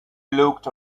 looked